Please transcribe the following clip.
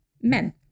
men